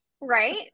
right